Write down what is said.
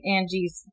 Angie's